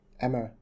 Emma